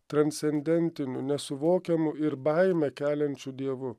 transcendentiniu nesuvokiamu ir baimę keliančiu dievu